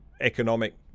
economic